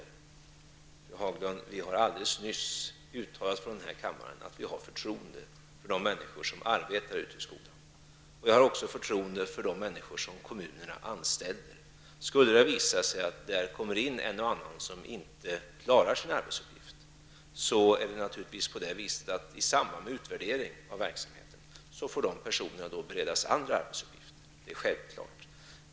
Fru Haglund, vi har alldeles nyss från denna kammare uttalat att vi har förtroende för de människor som arbetar ute i skolorna. Jag har också förtroende för de människor som kommunerna anställer. Skulle det visa sig att det där kommer in en och annan som inte klarar sin arbetsuppgift får dessa personer naturligtvis i samband med utvärderingar av verksamheten beredas andra arbetsuppgifter. Det är självklart.